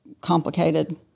complicated